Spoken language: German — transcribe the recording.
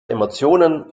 emotionen